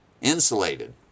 insulated